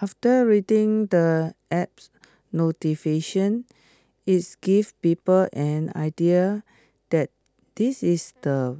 after reading the apps notification its gives people an idea that this is the